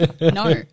No